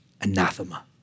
anathema